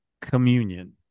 *Communion*